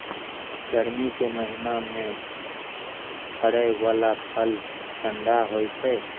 गर्मी के महीना मे फड़ै बला फल ठंढा होइ छै